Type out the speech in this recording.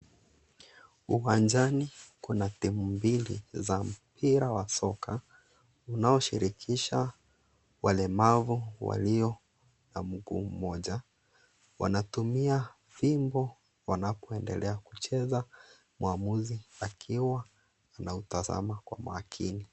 Uwanjani kuna timu mbili za mpira wa soka unaoshirikisha waremavu walio na mguu mmoja. Wanatumia fimbo wanapo endelea kucheza, mwamuzi akiwa anautazama kwa makini.